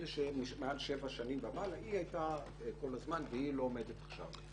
אלה שמעל שבע שנים ומעלה היא הייתה כל הזמן והיא לא עומדת עכשיו.